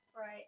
Right